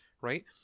right